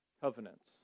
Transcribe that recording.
covenants